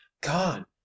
gone